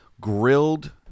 grilled